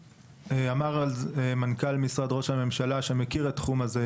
אמר מנכ"ל משרד ראש הממשלה שמכיר את התחום הזה,